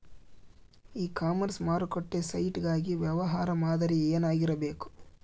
E commerce ಮಾರುಕಟ್ಟೆ site ಗಾಗಿ ವ್ಯವಹಾರ ಮಾದರಿ ಏನಾಗಿರಬೇಕು?